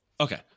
Okay